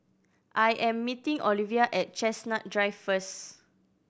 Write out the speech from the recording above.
I am meeting Olivia at Chestnut Drive first